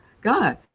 God